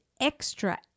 extra